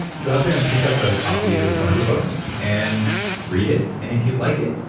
go out there and pick up a copy of one of her books and read it. and if you like it,